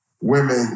women